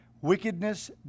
wickedness